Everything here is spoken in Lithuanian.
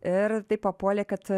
ir taip papuolė kad